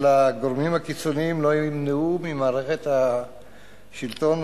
הגורמים הקיצוניים לא ימנעו ממערכת השלטון,